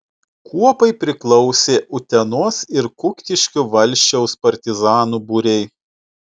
kuopai priklausė utenos ir kuktiškių valsčiaus partizanų būriai